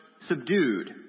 subdued